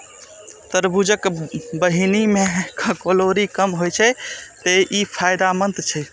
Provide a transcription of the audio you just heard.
तरबूजक बीहनि मे कैलोरी कम होइ छै, तें ई फायदेमंद छै